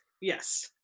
Yes